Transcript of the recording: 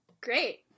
Great